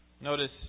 Notice